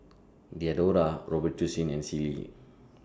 Diadora Robitussin and Sealy